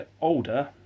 older